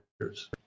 years